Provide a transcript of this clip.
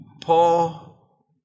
Paul